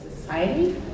society